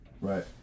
Right